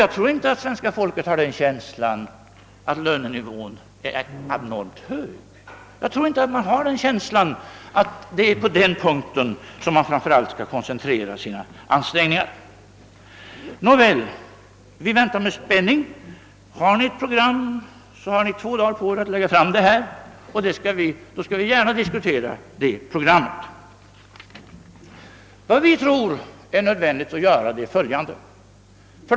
Jag tror inte att svenska folket har känslan att lönenivån är abnormt hög och att det är på den punkten som man framför allt skall koncentrera sina ansträngningar. Nåväl, vi väntar med spänning. Om ni har ett program, så har ni två dagar på er att här lägga fram det. Vi skall då gärna diskutera det med er. Vad vi tror är nödvändigt att göra är följande. 1.